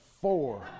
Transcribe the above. Four